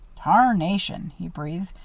tarnation! he breathed.